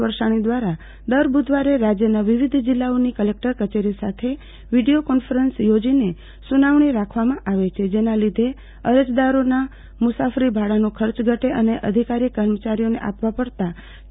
વરસાણી દ્વારા દર બુધવારે રાજ્યના વિવિધ જિલ્લાઓની કલેકટર કચેરી સાથે વિડીયો કોન્ફરન્સ યોજીને સુનાવણી રાખવામાં આવે છે જેના લીધે અરજદારોના મુસાફરી ભાડાનો ખર્ચ ઘટે અને અધિકારી કર્મચારીઓને આપવા પડતા ટ